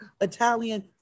Italian